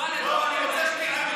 אני אצטט לך מה אמרו לי עכשיו בתגובה,